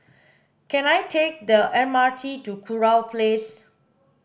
can I take the M R T to Kurau Place